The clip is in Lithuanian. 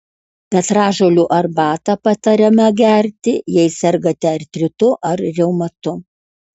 petražolių arbatą patariama gerti jei sergate artritu ar reumatu